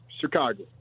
Chicago